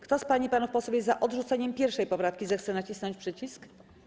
Kto z pań i panów posłów jest za odrzuceniem 1. poprawki, zechce nacisnąć przycisk.